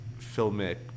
filmic